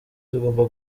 tugomba